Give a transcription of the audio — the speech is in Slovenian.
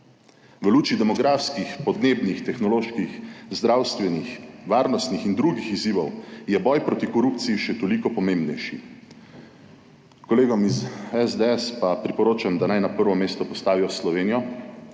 V luči demografskih, podnebnih, tehnoloških, zdravstvenih, varnostnih in drugih izzivov je boj proti korupciji še toliko pomembnejši. Kolegom iz SDS pa priporočam, da naj na prvo mesto postavijo Slovenijo,